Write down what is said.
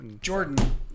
jordan